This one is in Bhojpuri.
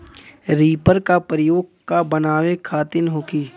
रिपर का प्रयोग का बनावे खातिन होखि?